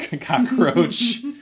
cockroach